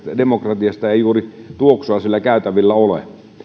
demokratiasta ei juuri tuoksua siellä käytävillä ole